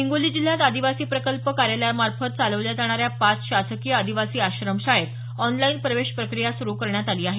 हिंगोली जिल्ह्यात आंदिवासी प्रकल्प कार्यालयामार्फत चालवल्या जाणाऱ्या पाच शासकिय आदिवासी आश्रमशाळेत ऑनलाईन प्रवेश प्रक्रिया सुरु करण्यात आली आहे